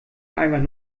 einfach